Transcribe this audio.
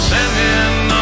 Sending